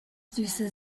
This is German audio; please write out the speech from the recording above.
süße